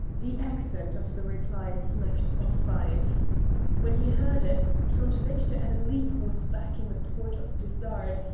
the accent of the reply smacked of fife when he heard it, count victor at a leap was back in the port of dysart,